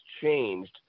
changed